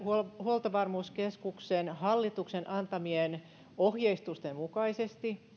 huoltovarmuuskeskuksen hallituksen antamien ohjeistusten mukaisesti